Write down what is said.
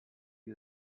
you